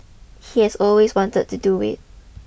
he has always wanted to do it